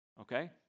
Okay